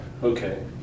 Okay